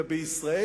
ובישראל,